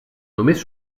només